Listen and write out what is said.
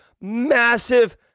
massive